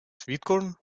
sweetcorn